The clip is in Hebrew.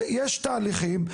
יש תהליכים.